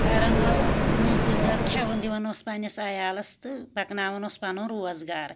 کَران اوس مزورۍ دۄہ کھیٚوان دِوان اوس پَننِس عَیالَس تہٕ پَکناوان اوس پَنُن روزگار